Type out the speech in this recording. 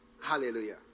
Hallelujah